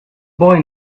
boy